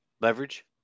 Leverage